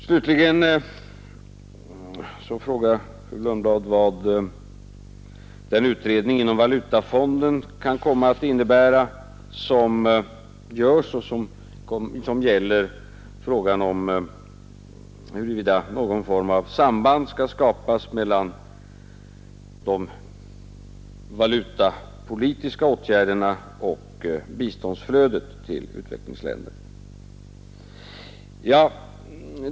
Slutligen frågar fru Lundblad vad den utredning, inom Valutafonden, kan komma att innebära som gäller frågan om huruvida någon form av samband skall skapas mellan de valutapolitiska åtgärderna och biståndsflödet till utvecklingsländer.